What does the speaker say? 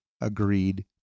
agreed